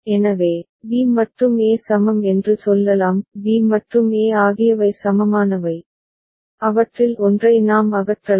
எனவே b மற்றும் e சமம் என்று சொல்லலாம் b மற்றும் e ஆகியவை சமமானவை அவற்றில் ஒன்றை நாம் அகற்றலாம்